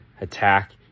attack